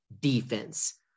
defense